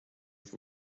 for